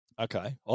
Okay